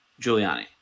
Giuliani